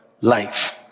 life